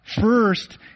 First